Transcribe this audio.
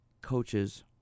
coaches